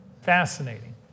Fascinating